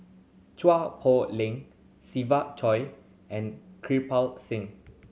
Chua Poh Leng Siva Choy and Kirpal Singh